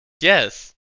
Yes